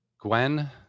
Gwen